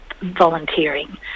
volunteering